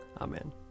Amen